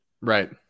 Right